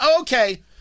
Okay